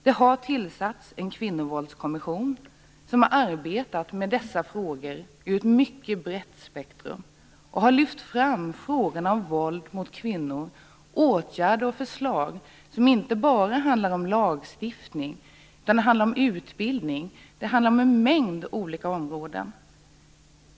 Det har tillsatts en kvinnovåldskommission som har arbetat med dessa frågor över ett mycket brett spektrum. Kommissionen har lyft fram frågorna om våld mot kvinnor - åtgärder och förslag som inte bara handlar om lagstiftning utan också om utbildning och åtgärder på en mängd olika områden.